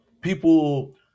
people